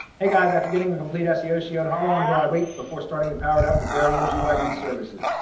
hey, guys, after getting complete seo, seo, how long do i wait before starting to power it up with very mgb services?